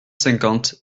cinquante